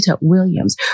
Williams